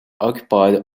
occupied